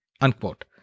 Unquote